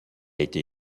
été